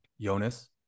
Jonas